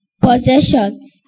possession